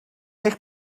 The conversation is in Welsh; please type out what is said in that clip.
eich